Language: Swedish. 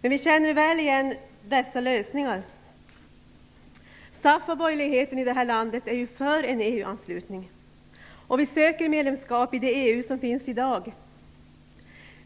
Men vi känner väl igen dessa lösningar. SAF och borgerligheten i det här landet är ju för en EU-anslutning! Och vi söker medlemskap i det EU som finns i dag.